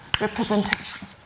representation